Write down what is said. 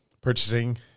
purchasing